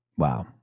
Wow